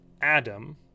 adam